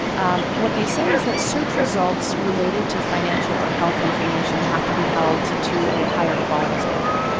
um what they say is that search results related to financial or health information have to be held to a higher-quality standard.